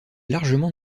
largement